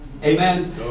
Amen